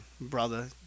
brother